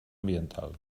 ambiental